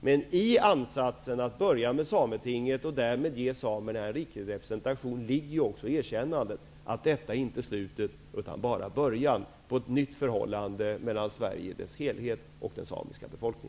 Men i ansatsen att börja med Sametinget och därmed ge samerna en riktig representation ligger ju erkännandet att detta inte är slutet utan bara början på ett nytt förhållande mellan Sverige i dess helhet och dess samiska befolkning.